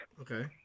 okay